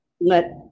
let